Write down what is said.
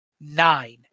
nine